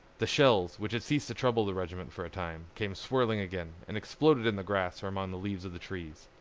the shells, which had ceased to trouble the regiment for a time, came swirling again, and exploded in the grass or among the leaves of the trees.